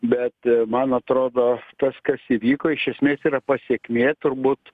bet man atrodo tas kas įvyko iš esmės yra pasekmė turbūt